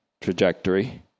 trajectory